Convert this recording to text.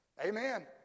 Amen